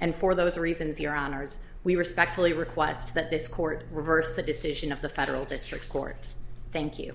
and for those reasons your honour's we respectfully request that this court reversed the decision of the federal district court thank you